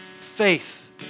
faith